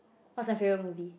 what's my favorite movie